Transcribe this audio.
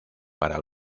para